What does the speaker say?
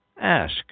ask